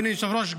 אדוני היושב-ראש,